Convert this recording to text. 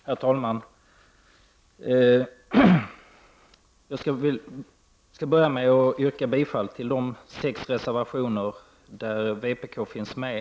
Herr talman! Jag vill börja med att yrka bifall till de reservationer där vpk finns med.